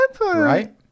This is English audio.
Right